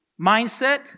mindset